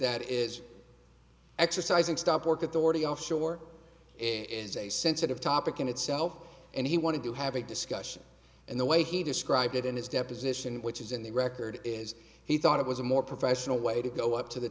that is exercising stop work at the already offshore is a sensitive topic in itself and he wanted to have a discussion and the way he described it in his deposition which is in the record is he thought it was a more professional way to go up to the